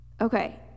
Okay